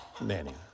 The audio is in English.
nanny